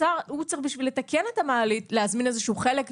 ובשביל לתקן את המעלית הוא צריך להזמין איזשהו חלק,